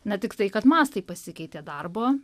na tiktai kad mastai pasikeitė darbo